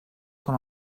com